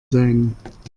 sein